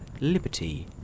liberty